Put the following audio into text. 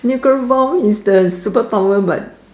nuclear bomb is the superpower but